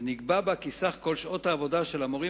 ונקבע בה כי סך כל שעות העבודה של המורים